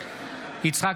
יצחק